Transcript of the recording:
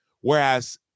Whereas